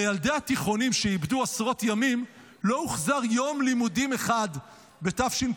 לילדי התיכוניים שאיבדו עשרות ימים לא הוחזר יום לימודים אחד בתשפ"ד.